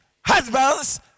Husbands